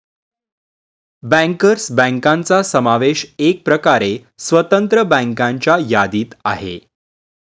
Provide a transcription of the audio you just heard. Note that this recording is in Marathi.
बँकर्स बँकांचा समावेश एकप्रकारे स्वतंत्र बँकांच्या यादीत आहे